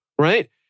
right